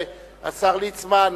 השר ליצמן,